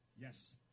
Yes